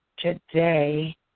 today